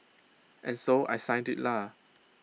and so I signed IT lah